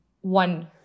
one